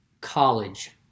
college